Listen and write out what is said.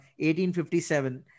1857